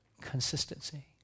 Consistency